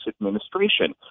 administration